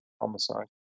homicide